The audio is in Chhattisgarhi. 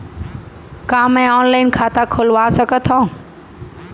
का मैं ऑनलाइन खाता खोलवा सकथव?